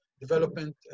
development